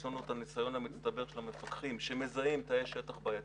יש לנו את הניסיון המצטבר של המפקחים שמזהים תאי שטח בעייתיים.